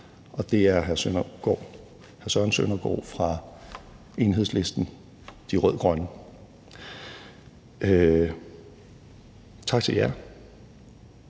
og det er hr. Søren Søndergaard fra Enhedslisten – De Rød-Grønne. Tak til jer.